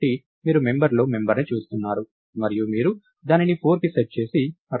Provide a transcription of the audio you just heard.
కాబట్టి మీరు మెంబర్ లో మెంబర్ ని చూస్తున్నారు మరియు మీరు దానిని 4కి సెట్ చేసి rect1